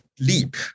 leap